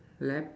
lap